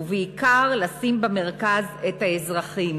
ובעיקר, לשים במרכז את האזרחים,